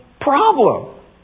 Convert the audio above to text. problem